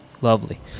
Lovely